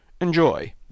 Enjoy